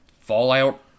Fallout